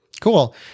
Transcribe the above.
cool